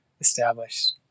established